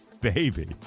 baby